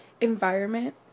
environment